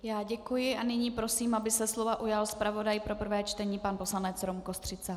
Já děkuji a nyní prosím, aby se slova ujal zpravodaj pro prvé čtení pan poslanec Rom Kostřica.